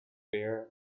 bare